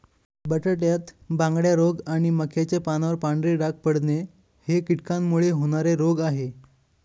बटाट्यात बांगड्या रोग आणि मक्याच्या पानावर पांढरे डाग पडणे हे कीटकांमुळे होणारे रोग आहे